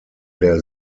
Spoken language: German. der